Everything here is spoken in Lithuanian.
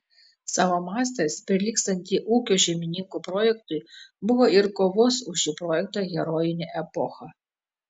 savo mastais prilygstantį ūkio šeimininkų projektui buvo ir kovos už šį projektą herojinė epocha